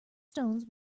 stones